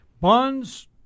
Bonds